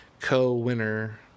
co-winner